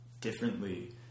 differently